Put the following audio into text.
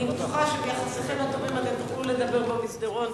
אני בטוחה שביחסיכם הטובים אתם תוכלו לדבר במסדרון,